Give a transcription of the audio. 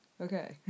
Okay